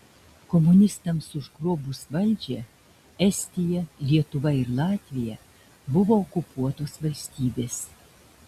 komunistams užgrobus valdžią estija lietuva ir latvija buvo okupuotos valstybės